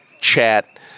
chat